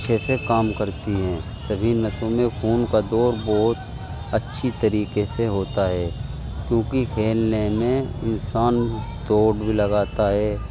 اچھے سے کام کرتی ہیں سبھی نسوں میں خون کا دوڑ بہت اچھی طریقے سے ہوتا ہے کیونکہ کھیلنے میں انسان دوڑ بھی لگاتا ہے